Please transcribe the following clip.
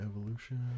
Evolution